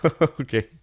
Okay